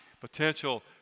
Potential